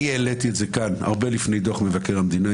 אני העליתי את זה כאן הרבה לפני דוח מבקר המדינה,